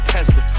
Tesla